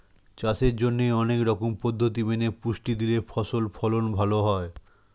চাষের জন্যে অনেক রকম পদ্ধতি মেনে পুষ্টি দিলে ফসল ফলন ভালো হয়